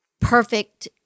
perfect